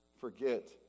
forget